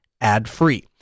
ad-free